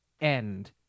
end